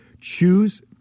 choose